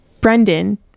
Brendan